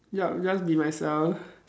ya just be myself